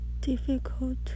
difficult